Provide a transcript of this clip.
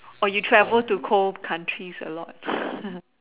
or you travel to cold countries a lot